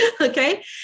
okay